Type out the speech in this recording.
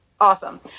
Awesome